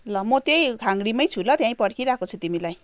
ल म त्यही खाङरीमै छु ल त्यहीँ पर्खिरहेको छु तिमीलाई